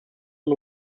und